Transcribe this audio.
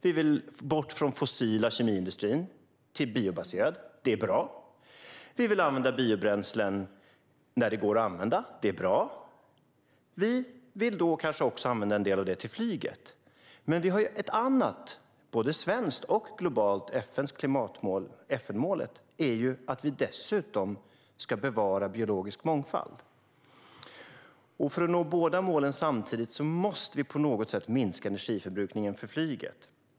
Vi vill komma bort från fossil kemiindustri och i stället ha en biobaserad. Det är bra. Vi vill använda biobränslen när de går att använda. Det är bra. Vi vill kanske då använda en del av detta till flyget. Vi har förutom det svenska klimatmålet även FN:s klimatmål. FNmålet innebär att vi dessutom ska bevara biologisk mångfald. För att nå båda målen samtidigt måste vi på något sätt minska flygets energiförbrukning.